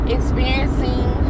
Experiencing